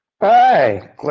Hi